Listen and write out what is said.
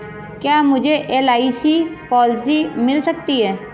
क्या मुझे LIC policy मिल सकती है?